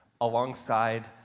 alongside